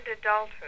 adulthood